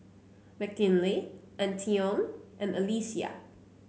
Mckinley Antione and Alesia